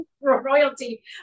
royalty